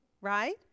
right